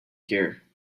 here